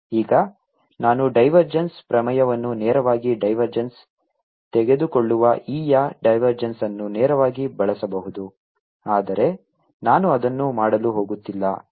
ಈಗ ನಾನು ಡೈವರ್ಜೆನ್ಸ್ ಪ್ರಮೇಯವನ್ನು ನೇರವಾಗಿ ಡೈವರ್ಜೆನ್ಸ್ ತೆಗೆದುಕೊಳ್ಳುವ e ಯ ಡೈವರ್ಜೆನ್ಸ್ ಅನ್ನು ನೇರವಾಗಿ ಬಳಸಬಹುದು ಆದರೆ ನಾನು ಅದನ್ನು ಮಾಡಲು ಹೋಗುತ್ತಿಲ್ಲ